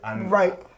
right